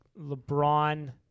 LeBron